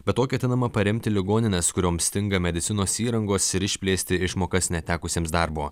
be to ketinama paremti ligonines kurioms stinga medicinos įrangos ir išplėsti išmokas netekusiems darbo